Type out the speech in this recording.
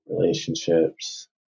relationships